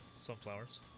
sunflowers